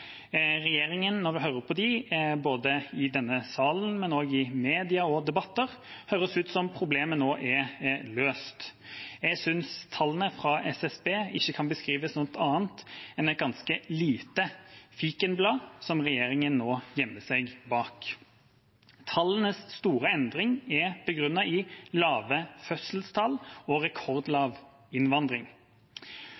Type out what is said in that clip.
denne salen, i media og i debatter, høres det ut som problemet nå er løst. Jeg synes tallene fra SSB ikke kan beskrives som annet enn et ganske lite fikenblad som regjeringa nå gjemmer seg bak. Tallenes store endring er begrunnet i lave fødselstall og